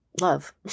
love